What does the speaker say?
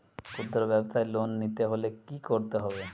খুদ্রব্যাবসায় লোন নিতে হলে কি করতে হবে?